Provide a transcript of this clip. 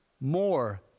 more